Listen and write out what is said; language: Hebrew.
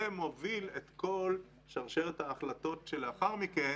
זה מוביל את כל שרשרת ההחלטות לאחר מכן